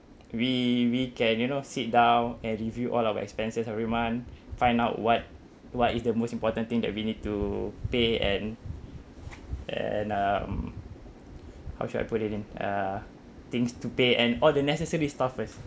we we can you know sit down and review all our expenses every month find out what what is the most important thing that we need to pay and and um how should I put it in uh things to pay and all the necessary stuff first